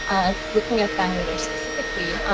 looking at bangladesh specifically,